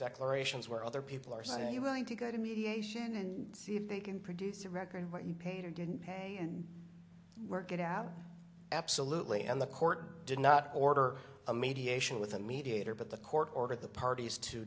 declarations where other people are saying you were going to go to mediation and see if they can produce a record of what you paid or didn't pay and work it out absolutely and the court did not order a mediation with a mediator but the court ordered the parties to